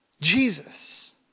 Jesus